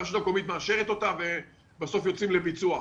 הרשות המקומית מאשרת אותה ובסוף יוצאים לביצוע.